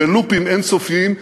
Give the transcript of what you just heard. בלופים אין-סופיים.